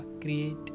create